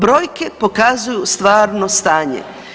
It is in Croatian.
Brojke pokazuju stvarno stanje.